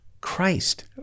christ